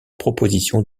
proposition